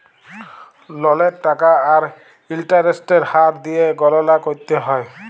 ললের টাকা আর ইলটারেস্টের হার দিঁয়ে গললা ক্যরতে হ্যয়